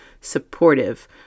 supportive